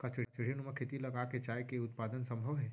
का सीढ़ीनुमा खेती लगा के चाय के उत्पादन सम्भव हे?